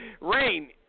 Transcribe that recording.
Rain